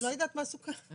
אני לא יודעת מה סוכם אבל.